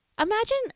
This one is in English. imagine